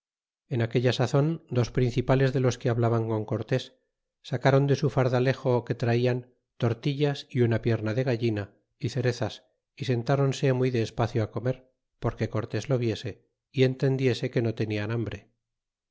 en aquella sazon dos principales de los que hablaban con cortes sacaron de un fardalejo que traían tortillas é una pierna de gallina y cerezas y sentáronse muy de espacio á comer porque cortés lo viese y entendiese que no tenían hambre